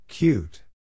CUTE